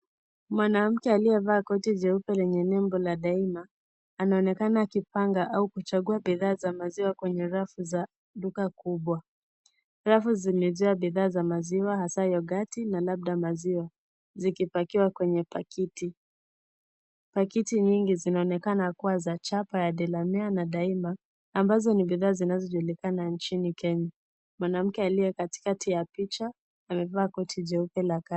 Mwanamke aliyevaa koti cheupe lenye nembo ya daima, anaonekana akipanga au kuchakua bidhaa za maziwa kwenye rafu za duka kubwa. Rafu zimejaa bidhaa za maziwa hasa ya yokati na labda maziwa zikipakiwa kwenye pakiti. Pakiti nyingi zinaonekana kuwa za japa ya Delamere na Daima ambazo ni bidhaa zinazojulikana njini Kenya. Mwanamke aliye katikati ya picha amevaa koti cheupe la kazi.